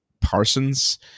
Parsons